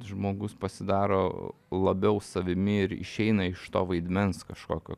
žmogus pasidaro labiau savimi ir išeina iš to vaidmens kažkokio